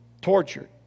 Tortured